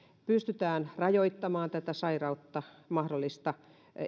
pystytään rajoittamaan tätä sairautta mahdollista